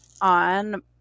On